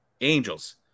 angels